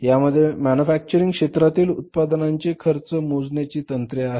यामध्ये मॅन्युफॅक्चर क्षेत्रातील उत्पादनांचे खर्च मोजण्याची तंत्रे आहेत